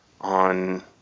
on